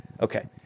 Okay